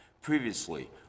previously